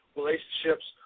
relationships